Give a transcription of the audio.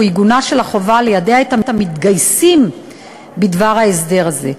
הוא עיגונה של החובה ליידע את המתגייסים בדבר ההסדר הזה,